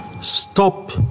stop